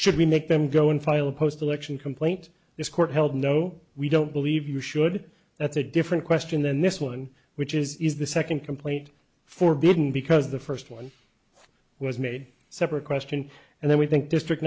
should we make them go and file a post election complaint this court held no we don't believe you should that's a different question than this one which is the second complaint forbidden because the first one was made separate question and then we think district